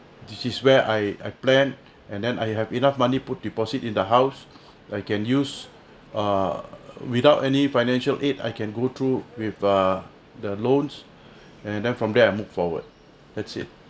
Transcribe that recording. this is where I I plan and then I have enough money put deposit in the house I can use uh without any financial aid I can go through with uh the loans and then from there I move forward that's it